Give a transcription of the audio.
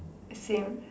same